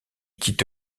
quitte